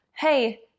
Hey